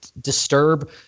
disturb